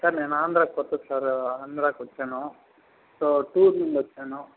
sir నేను ఆంధ్రాకి కొత్త సార్ ఆంధ్రాకి వచ్చాను సో టూర్ నుండి వచ్చాను